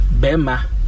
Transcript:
bema